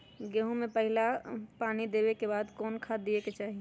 गेंहू में पहिला पानी के बाद कौन खाद दिया के चाही?